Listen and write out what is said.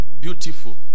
beautiful